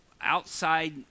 outside